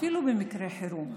אפילו במקרה חירום,